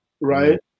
right